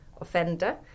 offender